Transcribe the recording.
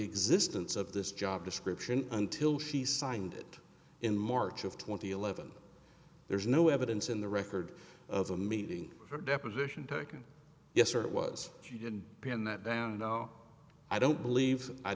existence of this job description until he signed it in march of twenty eleven there is no evidence in the record of a meeting or deposition taken yes or it was she could pin that down and i don't believe i